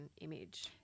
image